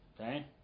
Okay